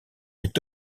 est